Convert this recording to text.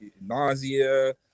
nausea